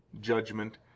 judgment